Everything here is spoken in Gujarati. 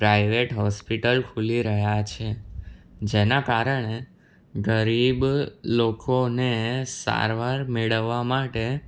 પ્રાઇવેટ હોસ્પિટલ ખૂલી રહ્યા છે જેના કારણે ગરીબ લોકોને સારવાર મેળવવા માટે